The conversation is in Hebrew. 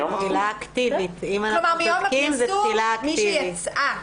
כלומר, מיום הפרסום, מי שיצאה